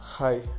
Hi